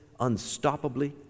unstoppably